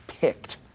picked